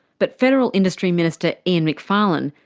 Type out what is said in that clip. but federal industry minister, ian macfarlane,